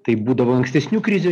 tai būdavo ankstesnių krizių